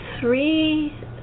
three